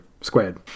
squared